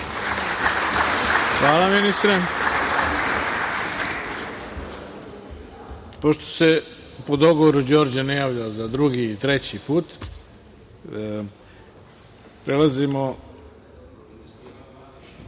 Hvala ministre. Pošto se po dogovoru Đorđe ne javlja za drugi, treći put, prelazimo